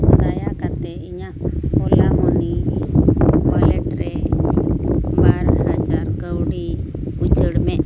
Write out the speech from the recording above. ᱫᱟᱭᱟ ᱠᱟᱛᱮᱫ ᱤᱧᱟᱹᱜ ᱳᱞᱟ ᱢᱟᱱᱤ ᱚᱣᱟᱞᱮᱴ ᱨᱮ ᱵᱟᱨ ᱦᱟᱡᱟᱨ ᱠᱟᱣᱰᱤ ᱩᱪᱟᱹᱲ ᱢᱮ